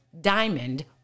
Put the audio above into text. diamond